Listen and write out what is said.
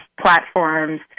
platforms